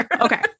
Okay